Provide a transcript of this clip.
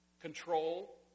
control